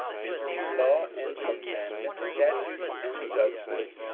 between law and commandment, statutes and judgments,